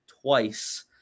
twice